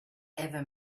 ever